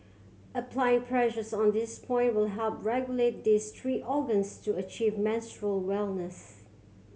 applying pressures on this point will help regulate these three organs to achieve menstrual wellness